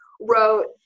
wrote